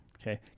Okay